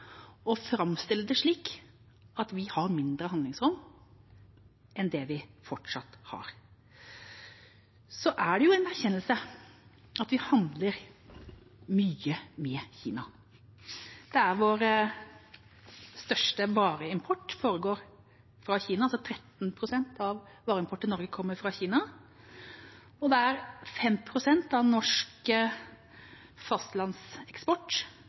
framstille det som at vi har mindre handlingsrom enn det vi fortsatt har. Så må vi erkjenne at vi handler mye med Kina. Den største vareimporten kommer fra Kina. 13 pst. av vareimporten til Norge kommer fra Kina, og 5 pst. av norsk fastlandseksport